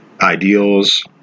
ideals